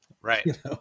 Right